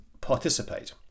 participate